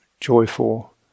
joyful